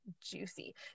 juicy